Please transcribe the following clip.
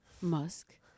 Musk